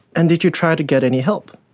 and did you try to get any help?